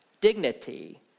dignity